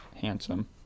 Handsome